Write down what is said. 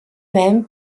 même